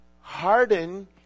harden